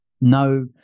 No